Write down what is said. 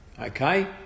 Okay